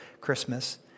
Christmas